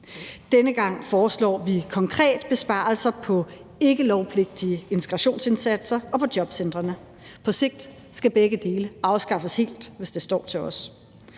Denne gang foreslår vi konkret besparelser på ikkelovpligtige integrationsindsatser og på jobcentrene. På sigt skal begge dele afskaffes helt, hvis det står til os.